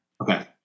Okay